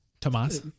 Tomas